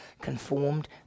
conformed